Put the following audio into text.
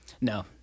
No